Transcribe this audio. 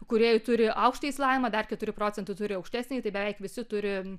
kūrėjų turi aukštąjį išsilavinimą dar keturi procentai turi aukštesnįjį tai beveik visi turi